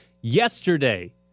Yesterday